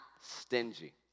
stingy